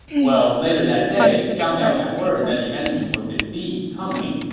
well, later that day, zhang liao got word that the enemy was indeed coming,